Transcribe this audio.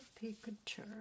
picture